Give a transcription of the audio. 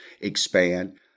expand